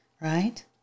right